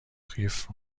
قیف